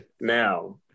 Now